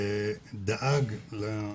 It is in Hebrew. אני רוצה להתחיל מכך, אנחנו גרים בצפון,